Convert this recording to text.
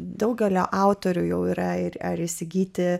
daugelio autorių jau yra ir įsigyti